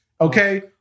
Okay